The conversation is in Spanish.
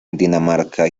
dinamarca